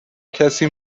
کسی